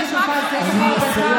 אבל יש רק 50. חבר הכנסת קינלי טור פז,